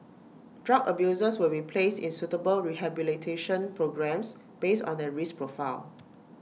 drug abusers will be placed in suitable rehabilitation programmes based on their risk profile